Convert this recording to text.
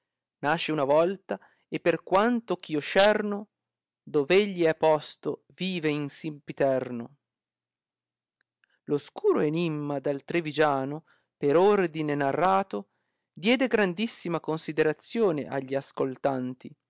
nasce una volta e per quanto eh io scerno dov egli è posto vive in sempiterno l oscuro enimma dal trivigiano per ordine narrato diede grandissima considerazione a gli ascoltanti